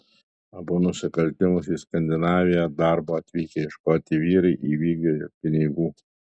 abu nusikaltimus į skandinaviją darbo atvykę ieškoti vyrai įvykdė dėl pinigų